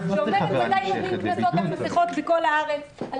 שאומרת אילו קנסות על מסכות מטילים בכל הארץ על